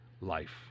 life